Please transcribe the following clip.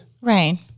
Right